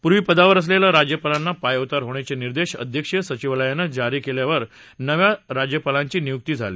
पूर्वी पदावर असलेल्या राज्यपालांना पायउतार होण्याचे निर्देश अध्यक्षीय सचिवालयानं जारी केल्यावर नव्या राज्यपालांची नियुक्ती झाली